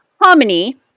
hominy